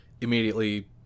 immediately